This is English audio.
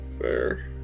fair